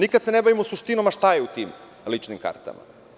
Nikad se na bavimo suštinom, a šta je u tim ličnim kartama.